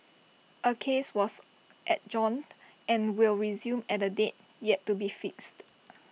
A case was adjourned and will resume at A date yet to be fixed